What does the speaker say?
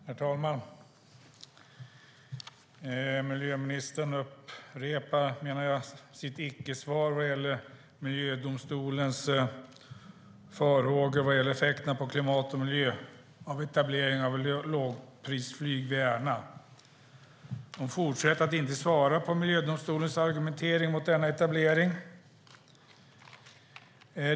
Herr talman! Miljöministern upprepar sitt icke-svar vad gäller mark och miljödomstolens farhågor om effekterna på klimat och miljö av etablering av lågprisflyg vid Ärna. Hon fortsätter att inte svara på mark och miljödomstolens argumentering mot denna etablering.